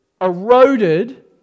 eroded